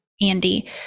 Andy